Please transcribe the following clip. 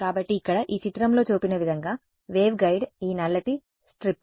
కాబట్టి ఇక్కడ ఈ చిత్రంలో చూపిన విధంగా వేవ్గైడ్ ఈ నల్లటి స్ట్రిప్